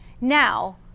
Now